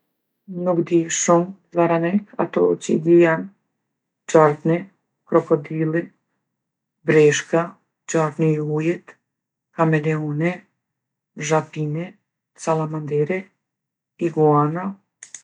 Nuk di shumë zvarranik, ato që i di janë: gjarpni, krokodilli, breshka, gjarpni i ujit, kameleoni, zhapini, sallamanderi, iguana.